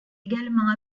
également